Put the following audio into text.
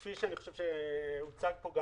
כפי שהוצג כאן,